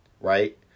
right